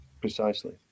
Precisely